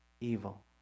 evil